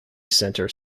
center